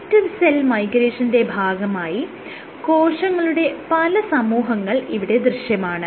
collective cell മൈഗ്രേഷന്റെ ഭാഗമായി കോശങ്ങളുടെ പല സമൂഹങ്ങൾ ഇവിടെ ദൃശ്യമാണ്